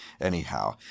anyhow